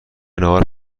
ناهار